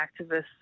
activists